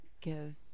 give